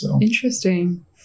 Interesting